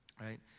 Right